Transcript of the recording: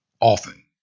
often